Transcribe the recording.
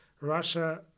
Russia